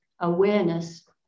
awareness